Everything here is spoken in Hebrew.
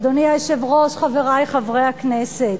אדוני היושב-ראש, חברי חברי הכנסת,